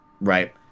right